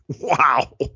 wow